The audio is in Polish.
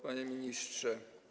Panie Ministrze!